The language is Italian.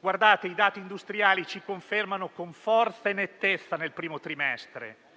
I dati industriali ci confermano con forza e nettezza nel primo trimestre